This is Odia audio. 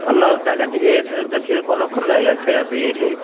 ଭଲ ଜାଗା ଟିକେ ଦେଖି ରଖନ୍ତୁ ଆଜ୍ଞା ଖାଇବା ପାଇଁ ବୋଲି